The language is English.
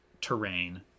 terrain